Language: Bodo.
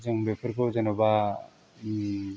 जों बेफोरखौ जेन'बा